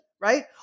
right